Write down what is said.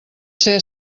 ser